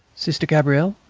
sister gabrielle.